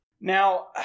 now